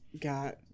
got